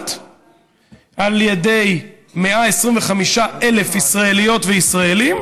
דמוקרטית על ידי 125,000 ישראליות וישראלים,